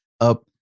up